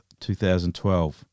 2012